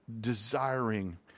desiring